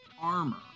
armor